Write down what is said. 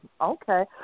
Okay